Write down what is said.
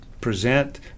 present